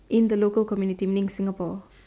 in the local community meaning Singapore